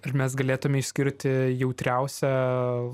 ar mes galėtume išskirti jautriausią